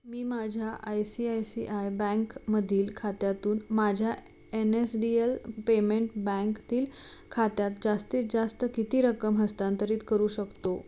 मी माझ्या I C I C I बँकमधील खात्यातून माझ्या N S D L payment बँकतील खात्यात जास्तीत जास्त किती रक्कम हस्तांतरित करू शकतो